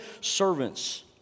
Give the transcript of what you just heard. servants